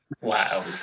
Wow